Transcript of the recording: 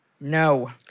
No